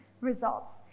results